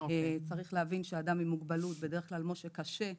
צריך להבין שאדם עם מוגבלות צריך שהאפוטרופוס